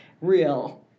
real